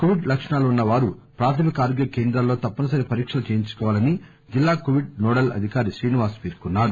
Covid లక్షణాలు ఉన్న వారు ప్రాథమిక ఆరోగ్య కేంద్రాల్లో తప్పనిసరి పరీక్షలు చేయించుకోవాలని జిల్లా కోవిడ్ నోడల్ అధికారి శ్రీనివాస్ పేర్కొన్నారు